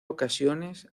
ocasiones